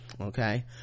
Okay